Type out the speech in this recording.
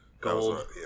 gold